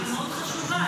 שהיא מאוד חשובה,